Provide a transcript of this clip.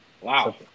Wow